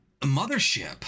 Mothership